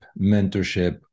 mentorship